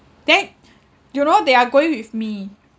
that you know they are going with me